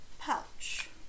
pouch